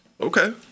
Okay